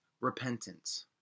repentance